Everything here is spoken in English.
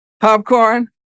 popcorn